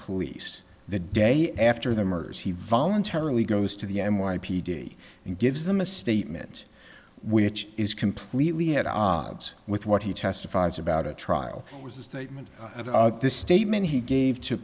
police the day after the murders he voluntarily goes to the n y p d and gives them a statement which is completely at odds with what he testifies about a trial was a statement that this statement he gave to